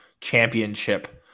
championship